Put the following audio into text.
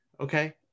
Okay